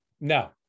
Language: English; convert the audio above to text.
No